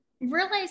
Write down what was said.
realize